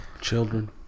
children